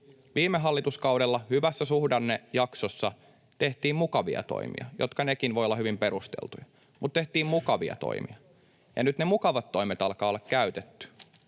Viime hallituskaudella hyvässä suhdannejaksossa tehtiin mukavia toimia, jotka nekin voivat olla hyvin perusteltuja, mutta tehtiin mukavia toimia. Kun nyt ne mukavat toimet alkavat olla käytetty,